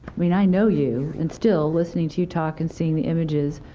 i mean i know you, and still, listening to you talk and seeing the images.